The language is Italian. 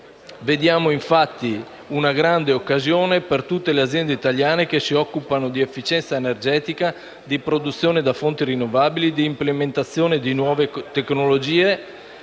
vediamo infatti una grande occasione per tutte le aziende italiane che si occupano di efficienza energetica, di produzione da fonti rinnovabili, di implementazione di nuove tecnologie,